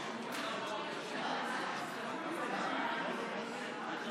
חוק-יסוד: משק